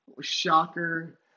Shocker